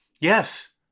Yes